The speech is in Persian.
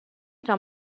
تونم